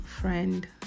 friend